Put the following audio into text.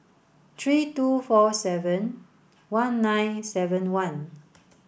three two four seven one nine seven one